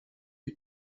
die